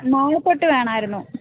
നാളെ തൊട്ട് വേണമായിരുന്നു